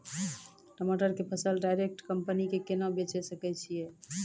टमाटर के फसल डायरेक्ट कंपनी के केना बेचे सकय छियै?